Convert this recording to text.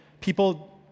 people